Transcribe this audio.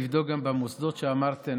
נבדוק גם במוסדות שאמרת.